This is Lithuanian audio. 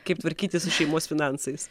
kaip tvarkytis su šeimos finansais